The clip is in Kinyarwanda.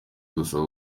gusa